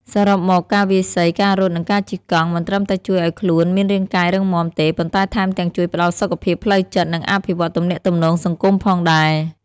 សរុបមក ការវាយសី ការរត់ និងការជិះកង់ មិនត្រឹមតែជួយឲ្យខ្លួនមានរាងកាយរឹងមាំទេ ប៉ុន្តែថែមទាំងជួយផ្ដល់សុខភាពផ្លូវចិត្ត និងអភិវឌ្ឍន៍ទំនាក់ទំនងសង្គមផងដែរ។